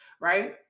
right